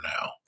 now